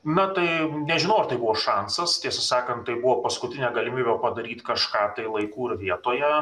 na tai nežinau ar tai buvo šansas tiesą sakant tai buvo paskutinė galimybė padaryt kažką laiku ir vietoje